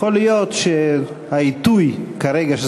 יכול להיות שהעיתוי כרגע,